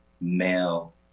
male